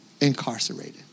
incarcerated